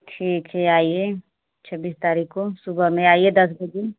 ठीक है आइए छब्बीस तारीख को सुबह में आइए दस बजे